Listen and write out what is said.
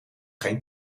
geen